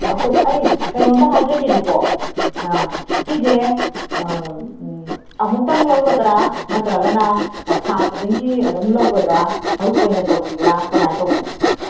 ꯑꯩꯈꯣꯏ ꯑꯩ ꯀꯩꯅꯣꯝꯇ ꯍꯥꯏꯖꯒꯦꯕꯀꯣ ꯁꯤꯁꯦ ꯑꯃꯨꯛꯇꯪ ꯂꯧꯒꯗ꯭ꯔ ꯅꯠꯇ꯭ꯔꯒꯅ ꯊꯥ ꯈꯨꯗꯤꯡꯒꯤ ꯑꯗꯨꯝ ꯂꯧꯒꯗ꯭ꯔ ꯃꯔꯨꯞ ꯑꯣꯏꯅ ꯇꯧꯕꯤꯕ꯭ꯔ ꯀꯃꯥꯏ ꯇꯧꯕꯅꯣ